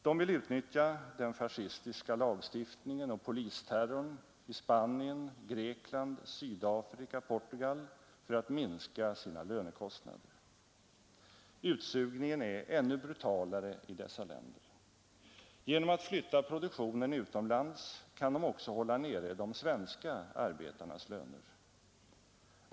De vill utnyttja den fascistiska lagstiftningen och polisterrorn i Spanien, Grekland, Sydafrika och Portugal för att minska sina lönekostnader. Utsugningen är ännu brutalare i dessa länder. Genom att flytta produktionen utomlands kan de också hålla nere de svenska arbetarnas löner.